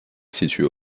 situé